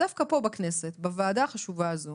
דווקא פה בכנסת, בוועדה החשובה הזו